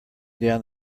down